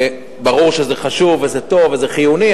ברור שזה חשוב וזה טוב וזה חיוני,